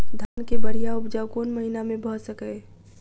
धान केँ बढ़िया उपजाउ कोण महीना मे भऽ सकैय?